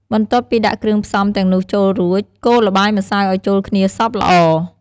បន្ទាប់់ពីដាក់គ្រឿងផ្សំទាំងនោះចូលរួច កូរល្បាយម្សៅឱ្យចូលគ្នាសព្វល្អ។